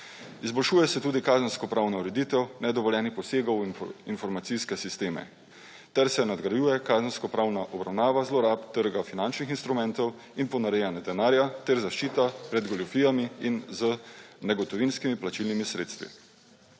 Izboljšuje se tudi kazenskopravna ureditev nedovoljenih posegov v informacijske sisteme ter nadgrajuje kazenskopravna obravnava zlorab trga finančnih instrumentov in ponarejanja denarja ter zaščita pred goljufijami z negotovinskimi plačilnimi sredstvi.